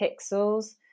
pixels